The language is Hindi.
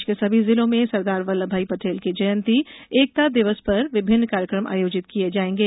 प्रदेश के सभी जिलों में सरदार वल्लभभाई पटेल की जयंती एकता दिवस पर विभिन्न कार्यक्रम आयोजित किये जायेंगे